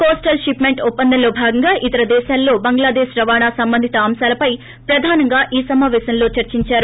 coastal shipment ఒప్పందంలో భాగంగా ఇతర దేశాలలో బంగ్లాదేశ్ రవాణా సంబంధిత అంశాలపై ప్రధానంగా సమాపేశంలో చరిసంచారు